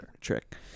trick